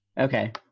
Okay